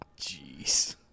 Jeez